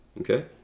Okay